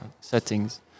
settings